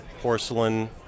porcelain